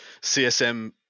csm